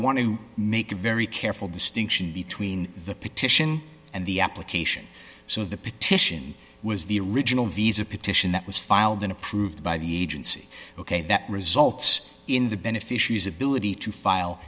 want to make a very careful distinction between the petition and the application so the petition was the original visa petition that was filed in approved by the agency ok that results in the beneficiaries ability to file